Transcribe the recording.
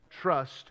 trust